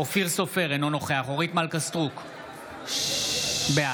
אופיר סופר, אינו נוכח אורית מלכה סטרוק, בעד